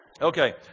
Okay